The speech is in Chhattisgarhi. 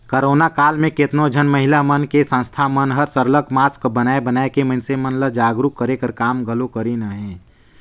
करोना काल म केतनो झन महिला मन के संस्था मन हर सरलग मास्क बनाए बनाए के मइनसे मन ल जागरूक करे कर काम घलो करिन अहें